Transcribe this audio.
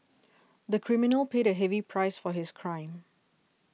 the criminal paid a heavy price for his crime